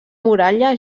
muralla